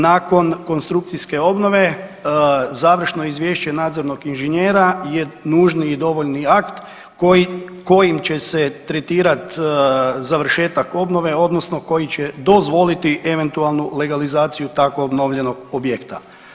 Nakon konstrukcijske obnove, završno izvješće nadzornog inženjera je nužni i dovoljni akt kojim će se tretirati završetak obnove, odnosno koji će dozvoliti eventualno legalizaciju tako obnovljenog objekta.